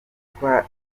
yitwa